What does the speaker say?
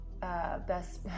best